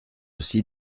aussi